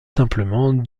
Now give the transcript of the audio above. simplement